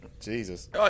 Jesus